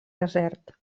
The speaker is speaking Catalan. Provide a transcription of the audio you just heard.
desert